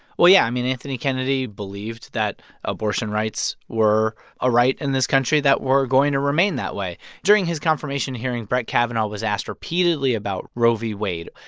well, yeah. i mean anthony kennedy believed that abortion rights were a right in this country that were going to remain that way. during his confirmation hearing, brett kavanaugh was asked repeatedly about roe v. wade.